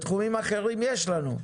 בתחומים אחרים יש לנו.